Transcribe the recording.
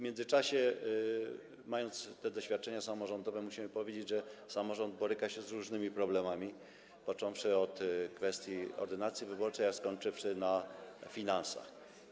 Mając te doświadczenia samorządowe, musimy powiedzieć, że samorząd boryka się z różnymi problemami, począwszy od kwestii ordynacji wyborczej, a skończywszy na finansach.